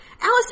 Alice